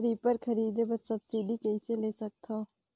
Reaper खरीदे बर subsidy कइसे ले सकथव?